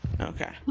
Okay